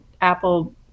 Apple